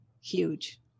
Huge